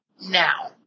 Now